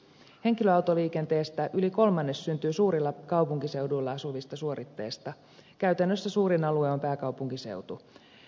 henkilöautoliikenteestä yli kolmannes syntyy suurilla kaupunkiseuduilla asuvista suorittajista käytännössä suurin alue on pääkaupunkiseutu